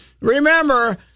Remember